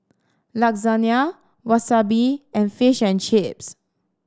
Lasagne Wasabi and Fish and Chips